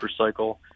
recycle